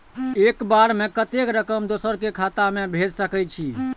एक बार में कतेक रकम दोसर के खाता में भेज सकेछी?